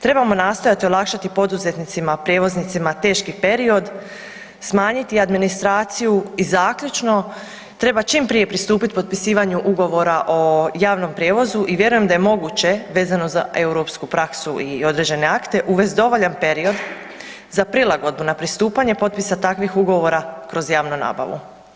Trebamo nastojati olakšati poduzetnicima prijevoznicima teški period, smanjiti administraciju i zaključno treba čim prije pristupit potpisivanju Ugovora o javnom prijevozu i vjerujem da je moguće vezano za europsku praksu i određene akte uvest dovoljan period za prilagodbu na pristupanje potpisa takvih ugovora kroz javnu nabavu.